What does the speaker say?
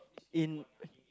in